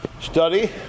study